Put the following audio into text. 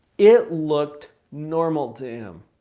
it looked normal to him.